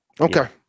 Okay